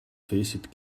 faced